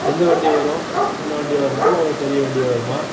எந்த வண்டி வரும் சின்ன வண்டி வருமா இல்லை கொஞ்சம் பெரிய வண்டியா வருமா